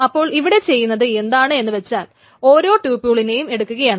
അപ്പോൾ ഇവിടെ ചെയ്യുന്നത് എന്താണെന്നു വച്ചാൽ ഓരോ ട്യൂപ്യൂളിനേയും എടുക്കുകയാണ്